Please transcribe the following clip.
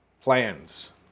plans